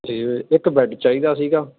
ਅਤੇ ਇੱਕ ਬੈਡ ਚਾਹੀਦਾ ਸੀਗਾ